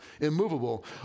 immovable